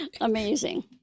Amazing